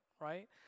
right